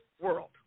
world